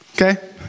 Okay